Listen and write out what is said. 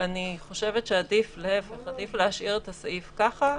אני חושבת שעדיף להשאיר את הסעיף ככה.